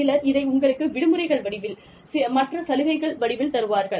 சிலர் இதை உங்களுக்கு விடுமுறைகள் வடிவில் மற்ற சலுகைகள் வடிவில் தருவார்கள்